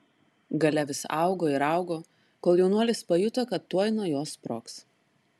galia vis augo ir augo kol jaunuolis pajuto kad tuoj nuo jos sprogs